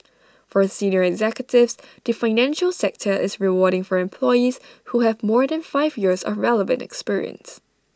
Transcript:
for senior executives the financial sector is rewarding for employees who have more than five years of relevant experience